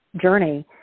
journey